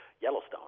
Yellowstone